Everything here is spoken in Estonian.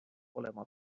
olema